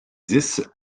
dix